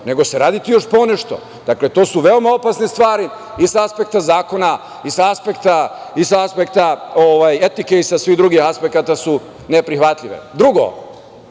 nego se raditi još po nešto. Dakle, to su veoma opasne stvari iz aspekta zakona, etika i svih drugih aspekta su neprihvatljive. Drugo,